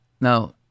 now